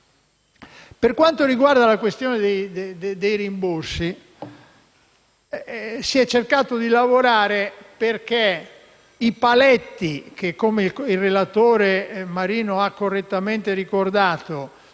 Per quanto riguarda la questione dei rimborsi, si è cercato di lavorare perché i paletti, che - come il relatore Marino ha correttamente ricordato